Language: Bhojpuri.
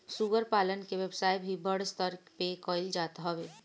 सूअर पालन के व्यवसाय भी बड़ स्तर पे कईल जात हवे